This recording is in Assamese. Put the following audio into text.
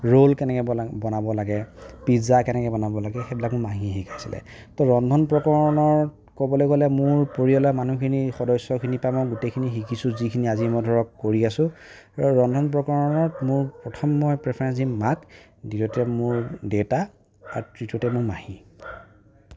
ৰ'ল কেনেকে বনাব বনাব লাগে পিজ্জা কেনেকে বনাব লাগে সেইবিলাক মাহীয়ে শিকাইছিলে ত' ৰন্ধন প্ৰকৰণৰ ক'বলৈ গ'লে মোৰ পৰিয়ালৰ মানুহখিনিৰ সদস্যখিনিৰ পৰা মই গোটেইখিনি শিকিছোঁ যিখিনি আজি মই ধৰক কৰি আছোঁ ৰন্ধন প্ৰকৰণত মোৰ প্ৰথম মই প্ৰিফাৰেঞ্চ দিম মোৰ মাক দ্বিতীয়তে মোৰ দেতা আৰু তৃতীয়তে মোৰ মাহী